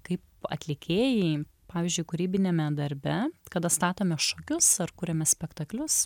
kaip atlikėjai pavyzdžiui kūrybiniame darbe kada statome šokius ar kuriame spektaklius